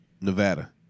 Nevada